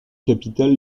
capitale